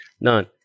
None